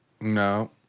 No